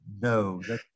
no